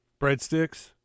Breadsticks